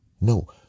No